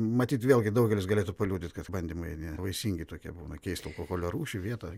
matyt vėlgi daugelis galėtų paliudyti kad bandymai nevaisingi tokie būna keist alkoholio rūšį vietą